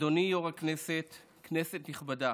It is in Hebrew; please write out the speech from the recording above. אדוני יו"ר הכנסת, כנסת נכבדה,